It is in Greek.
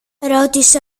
ρώτησε